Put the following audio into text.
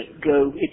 go